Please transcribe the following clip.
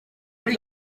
kuri